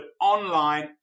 online